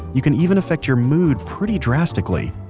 you can even affect your mood pretty drastically.